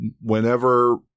whenever